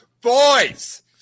Boys